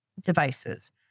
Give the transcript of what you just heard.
devices